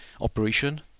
operation